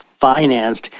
financed